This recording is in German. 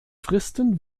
fristen